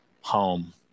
home